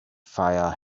fire